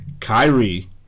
Kyrie